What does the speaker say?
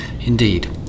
indeed